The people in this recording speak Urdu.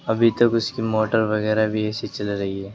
ابھی تک اس کی موٹر وغیرہ بھی ایسی چل رہی ہے